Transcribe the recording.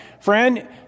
Friend